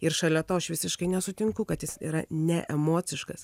ir šalia to aš visiškai nesutinku kad jis yra ne emociškas